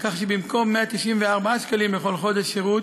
כך שבמקום 194 שקלים לכל חודש שירות